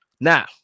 now